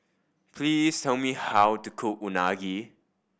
please tell me how to cook Unagi